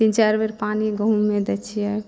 तीन चारि बेर पानि गहुममे दै छियै